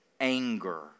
anger